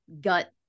gut